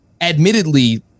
admittedly